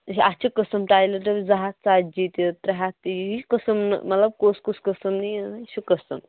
اَتھ چھِ قٕسم ٹایلہٕ زٕ ہَتھ ژَتجی تہٕ ترٛے ہَتھ تہِ یہِ چھِ قٕسم مطلب کُس کُس قٕسم نی یہِ چھُ قٕسم